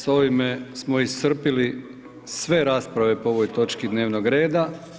S ovime smo iscrpili sve rasprave po ovoj točki dnevnog reda.